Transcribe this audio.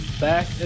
back